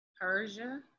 Persia